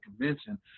Convention